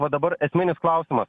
va dabar esminis klausimas